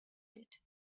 did